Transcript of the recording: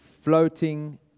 floating